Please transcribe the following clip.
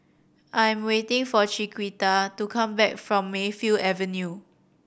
I'm waiting for Chiquita to come back from Mayfield Avenue